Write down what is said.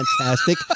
fantastic